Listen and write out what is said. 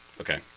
Okay